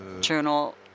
journal